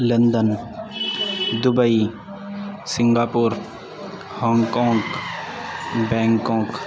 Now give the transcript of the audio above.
London Dubai Singapore Hong Kong Bangkok